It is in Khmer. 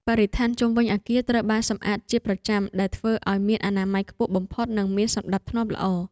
បរិស្ថានជុំវិញអគារត្រូវបានសម្អាតជាប្រចាំដែលធ្វើឱ្យមានអនាម័យខ្ពស់បំផុតនិងមានសណ្តាប់ធ្នាប់ល្អ។